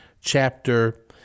chapter